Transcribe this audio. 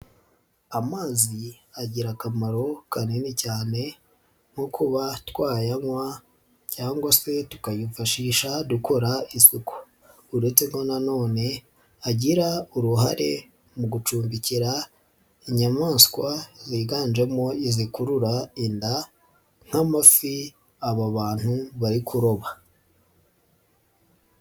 Amazi agira akamaro kanini cyane nko kuba twayanywa cyangwa se tukayifashisha dukora isuku, uretse ko nanone agira uruhare mu gucumbikira inyamaswa ziganjemo izikurura inda nk'amafi aba bantu bari kuroba.